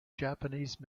japanese